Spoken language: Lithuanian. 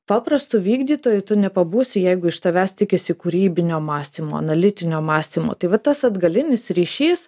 paprastu vykdytoju tu nepabūsi jeigu iš tavęs tikisi kūrybinio mąstymo analitinio mąstymo tai va tas atgalinis ryšys